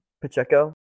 Pacheco